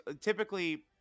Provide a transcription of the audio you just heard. typically